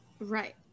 Right